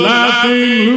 Laughing